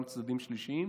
גם צדדים שלישיים,